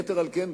יתר על כן,